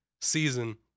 season